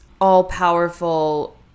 all-powerful